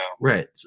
Right